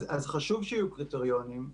אז חשוב שיהיו קריטריונים.